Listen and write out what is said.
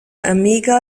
amiga